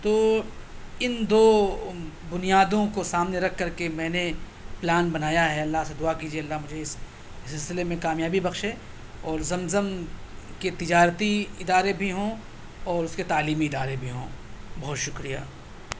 تو ان دو بنیادوں کو سامنے رکھ کر کے میں نے پلان بنایا ہے اللہ سے دعا کیجیے اللہ مجھے اس سلسلے میں کامیابی بخشے اور زمزم کے تجارتی ادارے بھی ہوں اور اس کے تعلیمی ادارے بھی ہوں بہت شکریہ